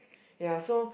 ya so